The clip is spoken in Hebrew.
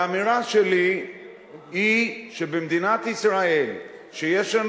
והאמירה שלי היא שבמדינת ישראל, שבה